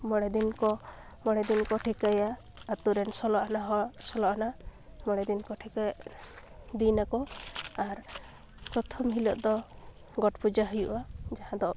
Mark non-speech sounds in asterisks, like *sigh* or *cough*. ᱢᱚᱬᱮᱫᱤᱱ ᱠᱚ ᱢᱚᱬᱮᱫᱤᱱ ᱠᱚ ᱴᱷᱤᱠᱟᱹᱭᱟ ᱟᱛᱳ ᱨᱮᱱ ᱥᱳᱞᱳ ᱟᱱᱟ ᱦᱚᱲ ᱥᱳᱞᱳ ᱟᱱᱟ ᱢᱚᱬᱮᱫᱤᱱ ᱠᱚ *unintelligible* ᱫᱤᱱ ᱟᱠᱚ ᱟᱨ ᱯᱚᱛᱷᱚᱢ ᱦᱤᱞᱚᱜ ᱫᱚ ᱜᱚᱰ ᱯᱩᱡᱟᱹ ᱦᱩᱭᱩᱜᱼᱟ ᱡᱟᱦᱟᱸᱫᱚ